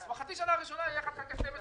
אז בחצי השנה הראשונה --- בדיוק.